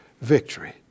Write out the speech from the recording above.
victory